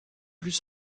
plus